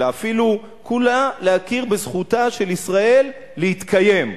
אלא "כולה" להכיר בזכותה של ישראל להתקיים,